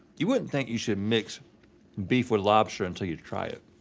you wouldn't think you should mix beef with lobster until you've tried it.